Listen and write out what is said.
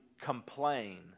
complain